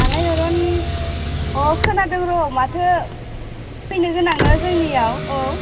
आलायारन अ खोनादों र' माथो फैनो गोनांनो जोंनियाव औ